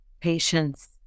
patience